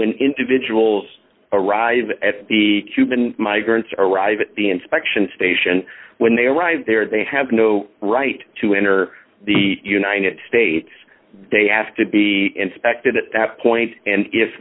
when individuals arrive at the cuban migrants arrive at the inspection station when they arrive there they have no right to enter the united states they have to be inspected at that point and if